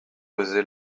osé